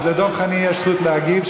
אז לדב חנין יש זכות להגיב.